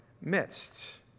midst